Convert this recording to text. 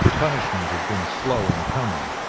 punishment has been slow in coming,